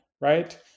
right